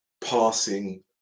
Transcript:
passing